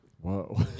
Whoa